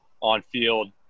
on-field